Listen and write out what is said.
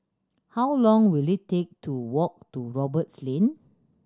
how long will it take to walk to Roberts Lane